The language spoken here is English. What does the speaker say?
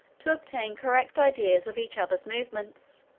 to obtain correct ideas of each other's movements.